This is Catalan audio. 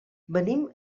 venim